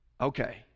okay